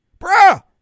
Bruh